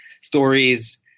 stories